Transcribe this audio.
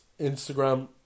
Instagram